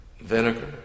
vinegar